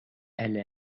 elle